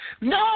No